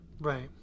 Right